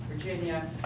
Virginia